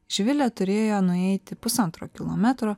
živilė turėjo nueiti pusantro kilometro